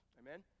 amen